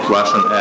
Russian